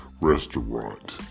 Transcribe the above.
restaurant